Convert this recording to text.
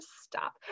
stop